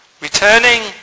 returning